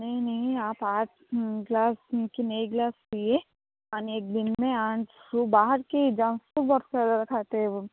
नहीं नहीं आप आज ग्लास लेकिन एक ग्लास पिए पानी एक दिन में आज वो बाहर की जंक फूड बहुत वग़ैरह खाते हो